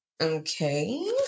okay